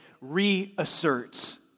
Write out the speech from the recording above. reasserts